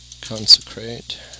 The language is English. Consecrate